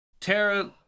tara